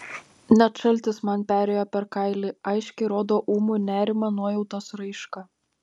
net šaltis man perėjo per kailį aiškiai rodo ūmų nerimą nuojautos raišką